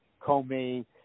Comey